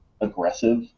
aggressive